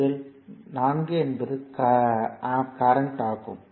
இதில் 4 என்பது ஆம்பியர் ஆகும்